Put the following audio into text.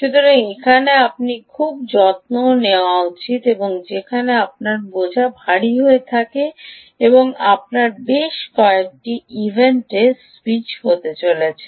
সুতরাং এখানে আপনার খুব যত্ন নেওয়া উচিত যেখানে আপনার বোঝা ভারী হয়ে থাকে যা আপনার বেশ কয়েকটি ইভেন্টে স্যুইচ করে চলেছে